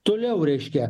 toliau reiškia